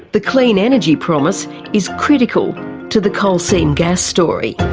the clean energy promise is critical to the coal seam gas story.